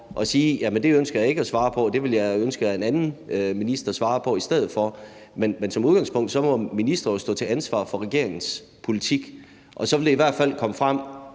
at sige: Det ønsker jeg ikke at svare på, det vil jeg ønske en anden minister svarer på i stedet for. Men som udgangspunkt må ministre jo stå til ansvar for regeringens politik, og så vil det i hvert fald komme frem